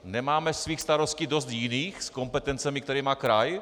Nemáme svých starostí dost jiných s kompetencemi, které má kraj?